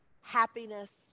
happiness